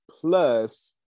Plus